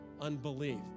Unbelief